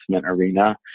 arena